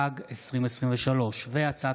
התשפ"ג 2023, מאת חבר הכנסת ניסים ואטורי, הצעת